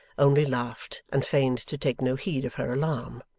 only laughed and feigned to take no heed of her alarm.